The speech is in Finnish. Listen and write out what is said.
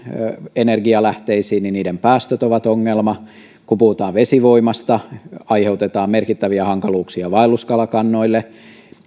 energialähteisiin niin niiden päästöt ovat ongelma kun puhutaan vesivoimasta aiheutetaan merkittäviä hankaluuksia vaelluskalakannoille